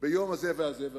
ביום זה וזה,